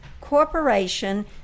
corporation